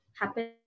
happen